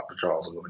Charles